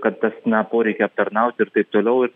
kad tas na poreikį aptarnauti ir taip toliau ir